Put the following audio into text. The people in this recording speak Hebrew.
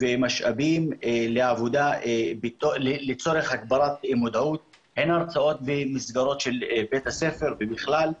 ומשאבים לצורך הגברת מודעות אין הרצאות במסגרות של בית הספר ובכלל,